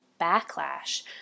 backlash